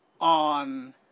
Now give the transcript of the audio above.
on